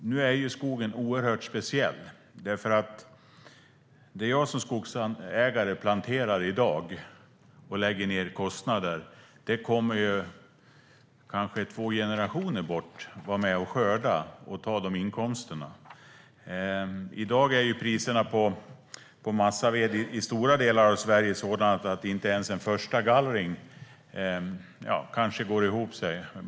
Nu är skogen oerhört speciell. Det jag som skogsägare planterar i dag kommer kanske att skördas två generationer bort. Det är då det blir inkomster av det jag lägger ned kostnader på i dag. I dag är priserna på massaved i stora delar av Sverige sådana att kanske inte ens en förstagallring går ihop.